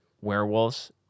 werewolves